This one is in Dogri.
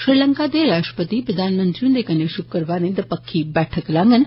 श्रीलंका दे राश्ट्रपति प्रधानमंत्री हुन्दे कन्नै षुक्रवारें दपक्खी बैठक लाडन